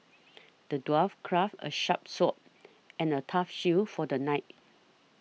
the dwarf crafted a sharp sword and a tough shield for the knight